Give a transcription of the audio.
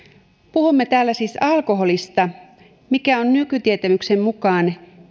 puhumme täällä siis alkoholista mikä on nykytietämyksen mukaan